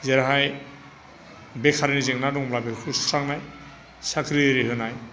जेरैहाय बेखारनि जेंना दंब्ला बेखौ सुस्रांनाय साख्रि आरि होनाय